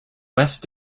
west